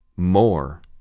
More